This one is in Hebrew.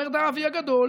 במרד הערבי הגדול